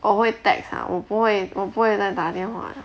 我会 text 她我不会我不会再打个电话了